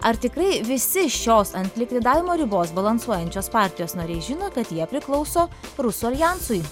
ar tikrai visi šios ant likvidavimo ribos balansuojančios partijos nariai žino kad jie priklauso rusų aljansui